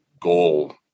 goal